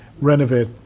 renovate